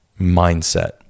mindset